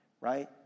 right